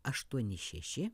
aštuoni šeši